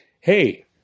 hey